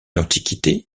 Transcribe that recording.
l’antiquité